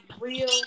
real